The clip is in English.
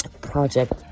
Project